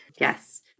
Yes